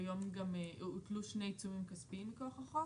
כיום גם הוטלו שני עיצומים כספיים כחוק,